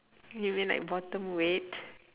you mean like bottom weight